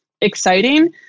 exciting